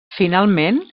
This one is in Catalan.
finalment